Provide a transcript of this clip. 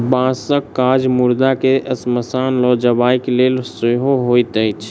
बाँसक काज मुर्दा के शमशान ल जयबाक लेल सेहो होइत अछि